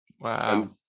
Wow